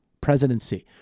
presidency